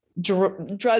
drug